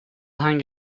hang